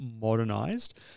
modernized